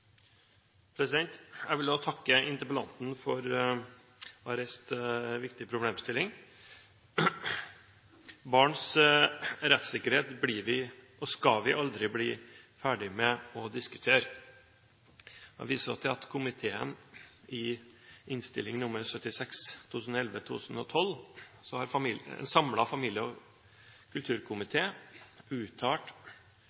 Jeg vil også takke interpellanten for å ha reist en viktig problemstilling. Barns rettssikkerhet skal vi aldri bli ferdige med å diskutere. Jeg viser til at i Innst. 76 S for 2011–2012 har en samlet familie- og